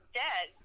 dead